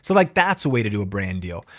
so like that's a way to do a brand deal.